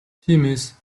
тиймээс